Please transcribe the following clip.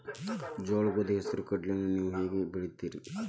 ಜೋಳ, ಗೋಧಿ, ಹೆಸರು, ಕಡ್ಲಿಯನ್ನ ನೇವು ಹೆಂಗ್ ಬೆಳಿತಿರಿ?